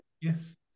yes